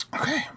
Okay